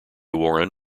warren